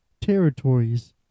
territories